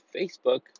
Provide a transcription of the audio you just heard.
Facebook